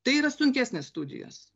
tai yra sunkesnės studijos